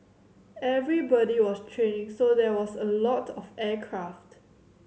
everybody was training so there was a lot of aircraft